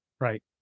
right